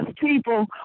people